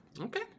Okay